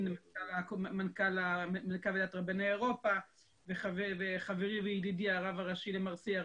מנכ"ל ועידת רבני אירופה וחברי וידידי הרב הראשי למרסי,